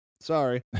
Sorry